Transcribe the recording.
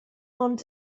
ond